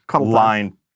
line